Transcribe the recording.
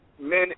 men